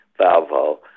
Valvo